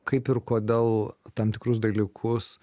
kaip ir kodėl tam tikrus dalykus